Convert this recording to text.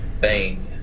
bang